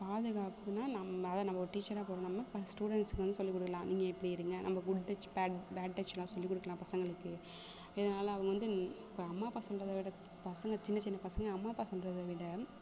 பாதுகாப்புன்னா நம்ம அதான் நம்ம ஒரு டீச்சராக போகற நம்ம இப்போ ஸ்டுடெண்ட்ஸ்க்கு வந்து சொல்லி கொடுக்கலாம் நீங்கள் இப்படி இருங்க நம்ப good touch bad bad touch எல்லாம் சொல்லி கொடுக்கலாம் பசங்களுக்கு இதனால அவங்க வந்து இப்போ அம்மா அப்பா சொல்றதை விட பசங்க சின்ன சின்ன பசங்க அம்மா அப்பா சொல்றதை விட